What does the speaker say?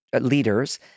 leaders